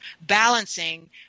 balancing